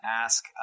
ask